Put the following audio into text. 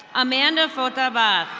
amanda fotaval.